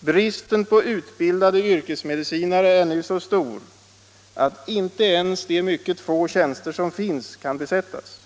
Bristen på utbildade yrkesmedicinare är nu så stor att inte ens de mycket få tjänster som finns kan besättas.